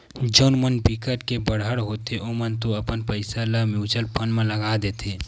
जउन मन बिकट के बड़हर होथे ओमन तो अपन पइसा ल म्युचुअल फंड म लगा देथे